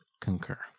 Concur